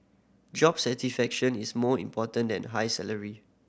job satisfaction is more important than high salary